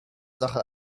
sache